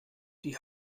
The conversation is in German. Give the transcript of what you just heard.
die